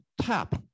tap